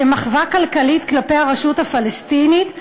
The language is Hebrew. כמחווה כלכלית כלפי הרשות הפלסטינית,